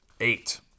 Eight